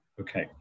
okay